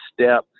step